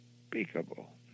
unspeakable